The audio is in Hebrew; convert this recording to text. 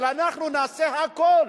אבל אנחנו נעשה הכול,